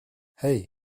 hey